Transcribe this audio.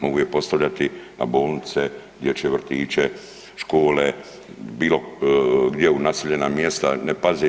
Mogu je postavljati na bolnice, dječje vrtiće, škole, bilo gdje u naseljena mjesta ne pazeći.